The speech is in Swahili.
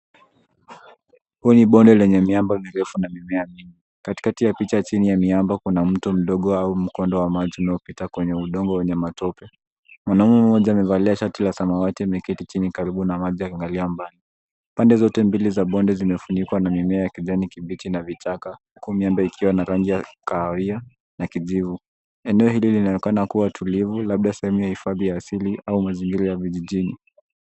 Huu ni ponde lenye miamba mirefu na mimea mingi, katikati ya picha jini ya miamba kuna mtu mdogo au mkondo wa maji unapitia kwenye udongo wenye matope. Mwanaume moja amevalia shati la samawati ameketi jini karibu na maji akiangalia mbali. Pande zote mbili za ponde zimefunikwa na mimea ya kijani kibichi na vichaka huku miembe ukiwa na rangi ya kahawia kijivu. Eneo hili linaonekana kuwa tulivu labda sehemu ya hifadi ya asili au mazingira ya vijijini.